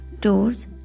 Doors